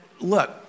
look